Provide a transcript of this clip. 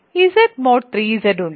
Z mod 3Z ഉണ്ട്